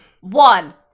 one